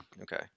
Okay